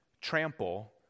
trample